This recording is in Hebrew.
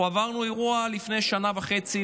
אנחנו עברנו אירוע לפני שנה וחצי,